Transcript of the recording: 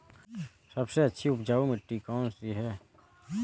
सबसे अच्छी उपजाऊ मिट्टी कौन सी है?